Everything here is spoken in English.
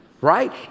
right